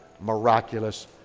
miraculous